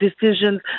decisions